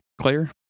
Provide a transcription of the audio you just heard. Claire